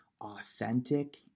Authentic